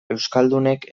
euskaldunek